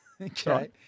Okay